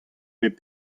bet